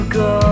go